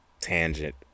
tangent